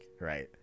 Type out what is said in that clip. right